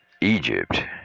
Egypt